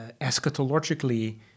eschatologically